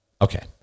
Okay